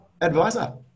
Advisor